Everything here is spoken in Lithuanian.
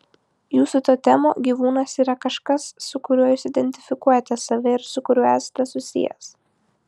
jūsų totemo gyvūnas yra kažkas su kuriuo jūs identifikuojate save ir su kuriuo esate susijęs